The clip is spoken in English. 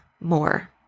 more